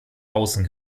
außen